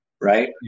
right